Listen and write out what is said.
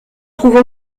trouve